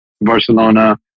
Barcelona